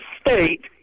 state